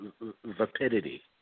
vapidity